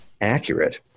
accurate